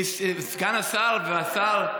סגן השר והשר,